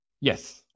Yes